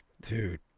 dude